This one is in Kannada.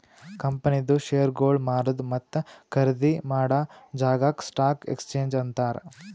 ಕಂಪನಿದು ಶೇರ್ಗೊಳ್ ಮಾರದು ಮತ್ತ ಖರ್ದಿ ಮಾಡಾ ಜಾಗಾಕ್ ಸ್ಟಾಕ್ ಎಕ್ಸ್ಚೇಂಜ್ ಅಂತಾರ್